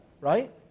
right